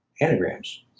anagrams